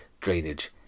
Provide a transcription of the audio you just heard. drainage